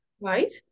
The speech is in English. Right